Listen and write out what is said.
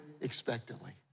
expectantly